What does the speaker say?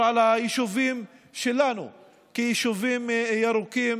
על היישובים שלנו כיישובים ירוקים,